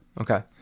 Okay